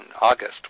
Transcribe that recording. August